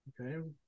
okay